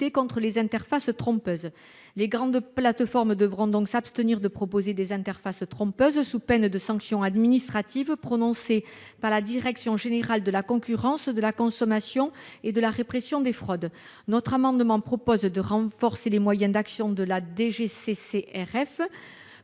contre les interfaces trompeuses. Les grandes plateformes devront s'abstenir de proposer de telles interfaces, sous peine de sanction administrative prononcée par la direction générale de la concurrence, de la consommation et de la répression des fraudes. Cet amendement vise donc à renforcer les moyens d'action de la DGCCRF,